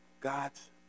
God's